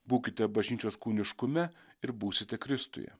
būkite bažnyčios kūniškume ir būsite kristuje